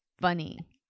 funny